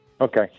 Okay